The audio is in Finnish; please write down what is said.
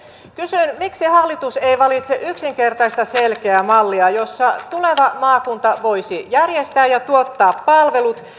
kysyn miksi hallitus ei valitse yksinkertaista selkeää mallia jossa tuleva maakunta voisi järjestää ja tuottaa palvelut